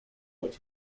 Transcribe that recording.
what